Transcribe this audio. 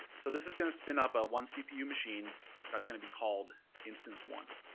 so this is going to spin up a one cpu machine that's going to be called instance one.